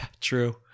true